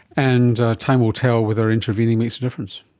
and time will tell whether intervening makes a difference.